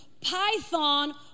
python